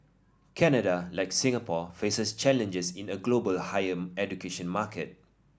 Canada like Singapore faces challenges in a global higher education market